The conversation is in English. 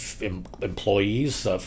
employees